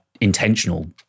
intentional